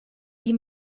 die